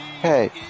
hey